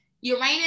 Uranus